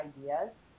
ideas